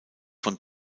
von